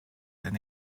their